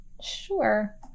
Sure